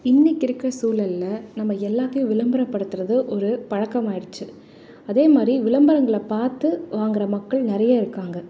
இன்றைக்கி இருக்கிற சூழல்ல நம்ம எல்லாத்தையும் விளம்பரப்படுத்துவது ஒரு பழக்கமாகிடிச்சி அதே மாதிரி விளம்பரங்களை பார்த்து வாங்கிற மக்கள் நிறைய இருக்காங்க